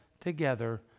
together